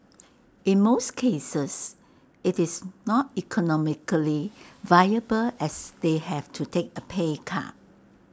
in most cases IT is not economically viable as they have to take A pay cut